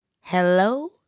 Hello